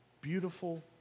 beautiful